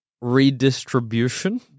redistribution